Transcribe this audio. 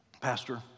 Pastor